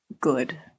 good